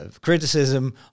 criticism